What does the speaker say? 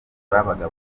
babaga